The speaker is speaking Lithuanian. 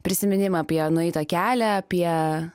prisiminimą apie nueitą kelią apie